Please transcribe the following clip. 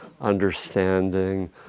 understanding